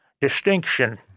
distinction